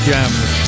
Gems